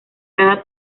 cada